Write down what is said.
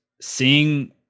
seeing